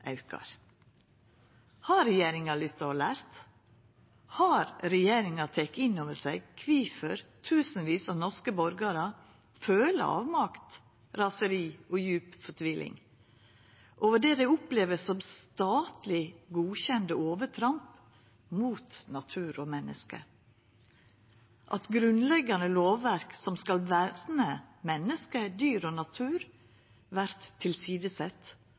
aukar. Har regjeringa lytta og lært? Har regjeringa teke innover seg kvifor tusenvis av norske borgarar føler avmakt, raseri og djup fortviling over det dei opplever som statleg godkjende overtramp mot natur og menneske, og at grunnleggjande lovverk som skal verna menneske, dyr og natur, vert tilsidesett